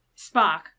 Spock